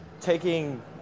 taking